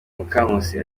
mukankusi